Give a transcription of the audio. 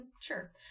sure